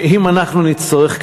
שאם אנחנו נצטרך,